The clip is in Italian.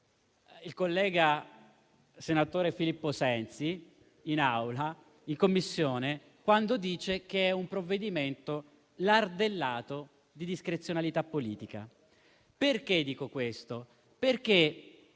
il collega, senatore Filippo Sensi, quando in Commissione ha detto che è un provvedimento lardellato di discrezionalità politica. Dico questo perché